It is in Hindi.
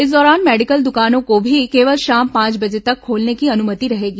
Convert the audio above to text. इस दौरान मेडिकल दुकानों को भी केवल शाम पांच बजे तक खोलने की अनुमति रहेगी